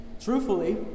Truthfully